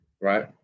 right